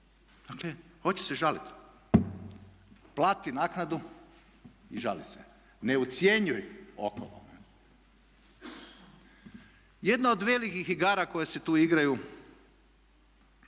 Dakle, hoće se žalit. Plati naknadu i žali se, ne ucjenjuj okolo. Jedna od velikih igara koje se tu igraju